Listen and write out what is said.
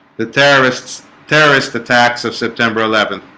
the terrorists terrorist attacks of september eleventh